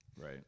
Right